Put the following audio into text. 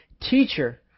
Teacher